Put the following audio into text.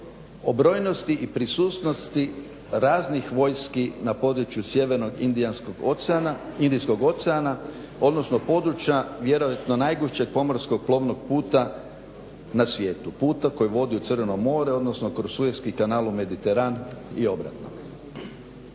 o brojnosti i prisutnosti raznih vojski na području sjevernog Indijskog oceana, odnosno područja vjerojatno najgušćeg pomorskog plovnog puta na svijetu, puta koji vodi u Crveno more, odnosno kroz Sueski kanal u Mediteran i obratno.